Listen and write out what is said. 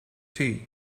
tea